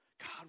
God